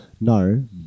No